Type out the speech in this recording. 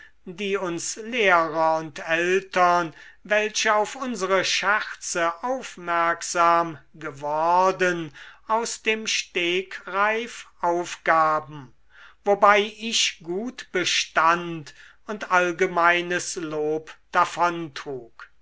die uns lehrer und eltern welche auf unsere scherze aufmerksam geworden aus dem stegreif aufgaben wobei ich gut bestand und allgemeines lob